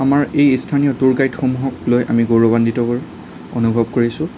আমাৰ এই ইস্থানীয় ট্যুৰ গাইডসমূহক লৈ আমি গৌৰৱান্বিত কৰোঁ অনুভৱ কৰিছোঁ